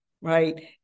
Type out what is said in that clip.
Right